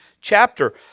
chapter